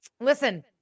Listen